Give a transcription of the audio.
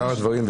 שאר הדברים?